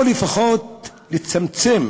או לפחות לצמצם